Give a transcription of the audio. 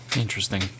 Interesting